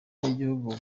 n’igihugu